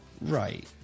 Right